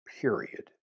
period